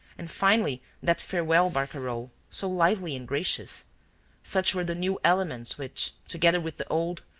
and finally, that farewell barcarolle, so lively and gracious such were the new elements which, together with the old,